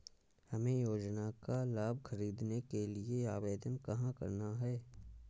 हमें योजना का लाभ ख़रीदने के लिए आवेदन कहाँ करना है?